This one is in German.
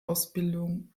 ausbildung